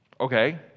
okay